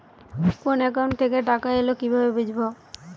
কোন একাউন্ট থেকে টাকা এল কিভাবে বুঝব?